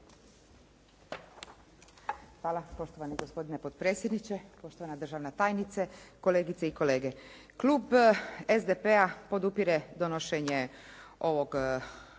Hvala poštovani gospodine potpredsjedniče, poštovana državna tajnice, kolegice i kolege. Klub SDP-a podupire donošenje ovoga